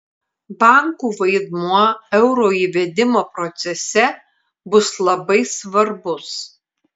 bankų vaidmuo euro įvedimo procese bus labai svarbus